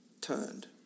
turned